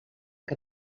que